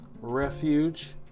Refuge